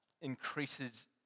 increases